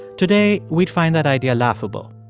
today, we'd find that idea laughable,